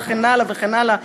וכן הלאה וכן הלאה.